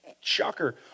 shocker